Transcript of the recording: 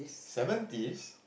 seventies